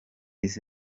kugira